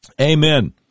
Amen